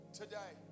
today